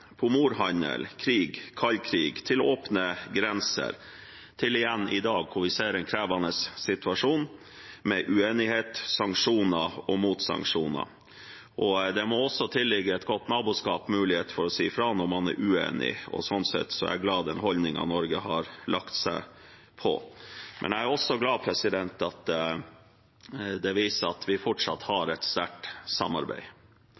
krig og kald krig til åpne grenser, til i dag, hvor vi igjen ser en krevende situasjon, med uenighet, sanksjoner og motsanksjoner. Det må også tilligge et godt naboskap en mulighet for å si fra når man er uenig, og sånn sett er jeg glad for den holdningen Norge har lagt seg på, men jeg er også glad for at vi fortsatt har et sterkt samarbeid.